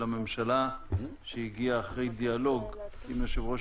הממשלה שהגיעה אחרי דיאלוג עם יושב-ראש